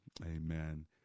Amen